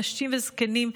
נשים וזקנים.